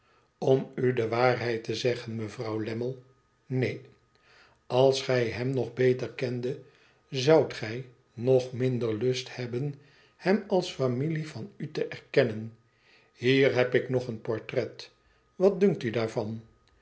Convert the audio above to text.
om u de waarheid te zeggen mevrouw lammie neen als gij hem nog beter kendet zoudt gij nog minder lust hebben hem als famibe van u te erkennen hier heb ik nog een portret wat dunkt u daarvan